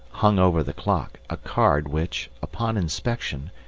hung over the clock, a card which, upon inspection,